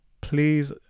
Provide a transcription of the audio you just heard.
Please